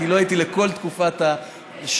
כי לא הייתי בכל שעת השאלות,